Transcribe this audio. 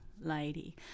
lady